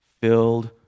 filled